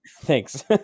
Thanks